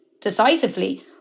decisively